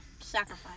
Sacrifice